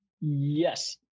Yes